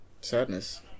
Sadness